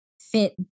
fit